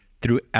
throughout